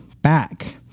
back